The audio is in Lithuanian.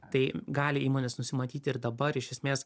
tai gali įmonės nusimatyti ir dabar iš esmės